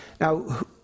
Now